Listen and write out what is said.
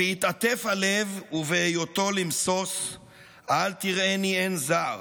"ובהתעטף הלב ובהיותו למסוס / אל תראני עין זר,